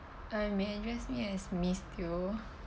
uh may address me as miss teo